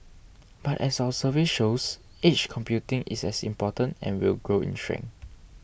but as our survey shows edge computing is as important and will grow in strength